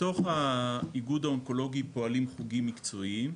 בתוך האיגוד האונקולוגי פועלים חוגים מקצועיים,